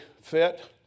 fit